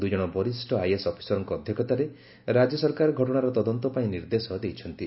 ଦୁଇଜଣ ବରିଷ୍ଠ ଆଇଏଏସ୍ ଅଫିସରଙ୍କ ଅଧ୍ୟକ୍ଷତାରେ ରାଜ୍ୟ ସରକାର ଘଟଣାର ତଦନ୍ତ ପାଇଁ ନିର୍ଦ୍ଦେଶ ଦେଇଛନ୍ତି